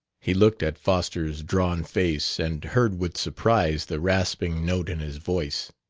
he looked at foster's drawn face, and heard with surprise the rasping note in his voice.